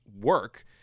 work